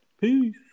Peace